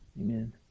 Amen